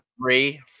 three